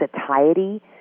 satiety